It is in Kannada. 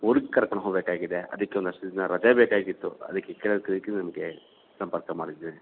ಊರಿಗೆ ಕರ್ಕೊಂಡು ಹೋಗಬೇಕಾಗಿದೆ ಅದಕ್ಕೆ ಒಂದಷ್ಟು ದಿನ ರಜೆ ಬೇಕಾಗಿತ್ತು ಅದಕ್ಕೆ ಕೇಳೋದಕ್ಕೆ ನಿಮಗೆ ಸಂಪರ್ಕ ಮಾಡಿದ್ದೆ